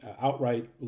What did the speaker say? outright